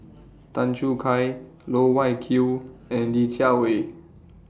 Tan Choo Kai Loh Wai Kiew and Li Jiawei